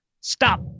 stop